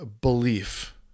belief